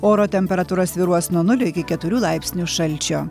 oro temperatūra svyruos nuo nulio iki keturių laipsnių šalčio